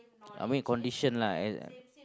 I mean condition lah